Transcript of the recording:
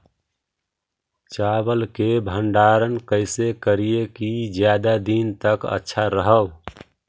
चावल के भंडारण कैसे करिये की ज्यादा दीन तक अच्छा रहै?